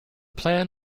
plan